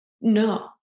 no